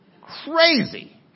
crazy